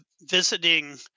visiting